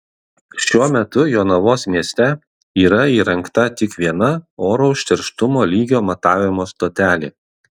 šiuo metu jonavos mieste yra įrengta tik viena oro užterštumo lygio matavimo stotelė